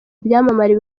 byamamare